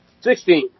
Sixteen